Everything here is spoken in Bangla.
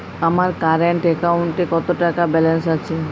আমার কারেন্ট অ্যাকাউন্টে কত টাকা ব্যালেন্স আছে?